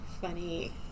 funny